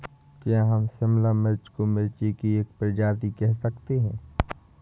क्या हम शिमला मिर्च को मिर्ची की एक प्रजाति कह सकते हैं?